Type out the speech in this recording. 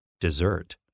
Dessert